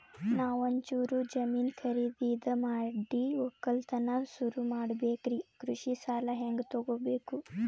ನಾ ಒಂಚೂರು ಜಮೀನ ಖರೀದಿದ ಮಾಡಿ ಒಕ್ಕಲತನ ಸುರು ಮಾಡ ಬೇಕ್ರಿ, ಕೃಷಿ ಸಾಲ ಹಂಗ ತೊಗೊಬೇಕು?